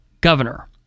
governor